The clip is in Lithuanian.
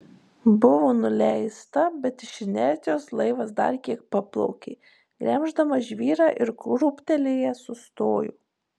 buvo nuleista bet iš inercijos laivas dar kiek paplaukė gremždamas žvyrą ir krūptelėjęs sustojo